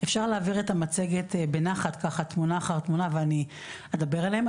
אפשר להעביר את המצגת בנחת ככה תמונה אחר תמונה ואני אדבר עליהם,